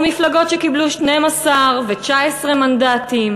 או מפלגות שקיבלו 12 ו-19 מנדטים?